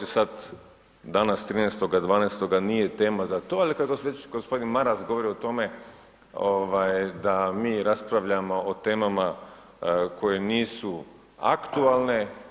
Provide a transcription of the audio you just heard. Sada, danas 13.12. nije tema za to, ali kada već gospodin Maras govori o tome da mi raspravljamo o temama koje nisu aktualne.